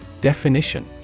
Definition